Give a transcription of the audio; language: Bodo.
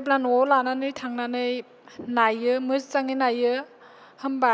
जेब्ला न'आव लानानै थांनानै नायो मोजाङै नायो होमबा